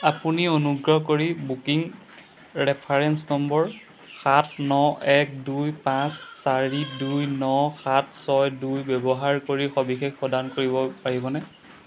আপুনি অনুগ্ৰহ কৰি বুকিং ৰেফাৰেন্স নম্বৰ সাত ন এক দুই পাঁচ চাৰি দুই ন সাত ছয় দুই ব্যৱহাৰ কৰি সবিশেষ প্ৰদান কৰিব পাৰিবনে